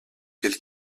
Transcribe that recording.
tel